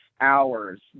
hours